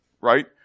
right